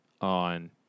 on